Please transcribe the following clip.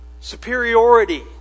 superiority